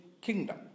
kingdom